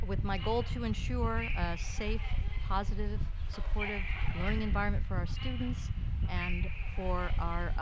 with my goal to ensure a safe, positive, supportive, learning environment for our students and for our